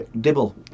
Dibble